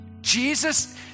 Jesus